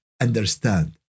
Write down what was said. understand